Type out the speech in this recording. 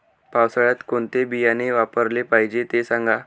पावसाळ्यात कोणते बियाणे वापरले पाहिजे ते सांगा